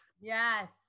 yes